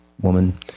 woman